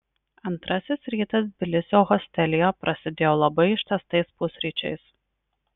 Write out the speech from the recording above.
antrasis rytas tbilisio hostelyje prasidėjo labai ištęstais pusryčiais